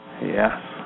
Yes